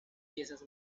piezas